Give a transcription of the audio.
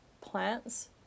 plants